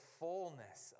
fullness